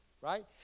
right